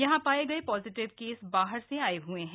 यहां पाए गए पाजिटिव केस बाहर से आए ह्ए हैं